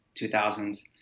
2000s